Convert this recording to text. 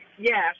yes